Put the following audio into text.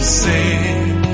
say